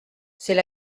c’est